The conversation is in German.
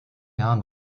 jahren